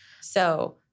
So-